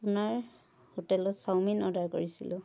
আপোনাৰ হোটেলৰ chowmein order কৰিছিলোঁ